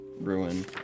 ruin